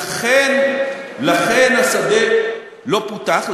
לכן השדה לא פותח,